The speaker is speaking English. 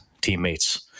teammates